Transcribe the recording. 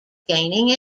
gaining